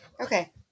okay